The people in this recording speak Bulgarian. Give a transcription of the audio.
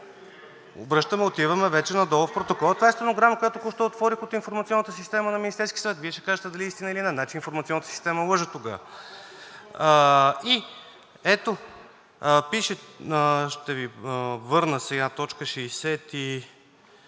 Обръщаме, отиваме вече надолу в протокола. Това е стенограма, която току-що отворих от информационната система на Министерския съвет. Вие ще кажете дали е истина или не. Значи, информационната система лъже тогава. И ето, пише, ще Ви върна сега, точка 67: